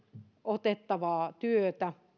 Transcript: otettavaa työtä